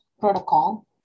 protocol